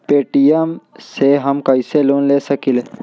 Paytm से हम कईसे लोन ले सकीले?